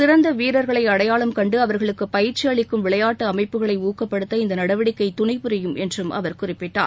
சிறந்த வீரர்களை அடையாளம் கண்டு அவர்களுக்கு பயிற்சி அளிக்கும் விளையாட்டு அமைப்புகளை ஊக்கப்படுத்த இந்த நடவடிக்கை துணை புரியும் என்றும் அவர் குறிப்பிட்டார்